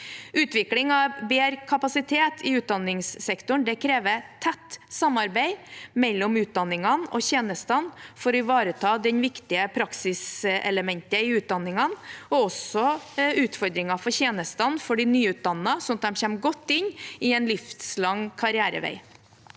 Utvikling av bedre kapasitet i utdanningssektoren krever et tett samarbeid mellom utdanningene og tjenestene for å ivareta det viktige praksiselementet i utdanningene og også utfordringene i tjenestene for de nyutdannede, slik at de kommer godt inn i en livslang karrierevei.